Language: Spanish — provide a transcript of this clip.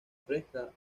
fresca